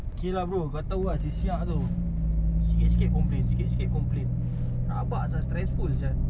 K lah bro kau tahu lah si siak tu sikit-sikit complain sikit-sikit complain rabak sia stressful sia